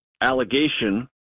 allegation